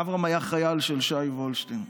אברהם היה חייל של שי וולשטיין.